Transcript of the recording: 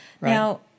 Now